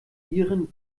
ihren